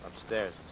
Upstairs